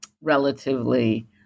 relatively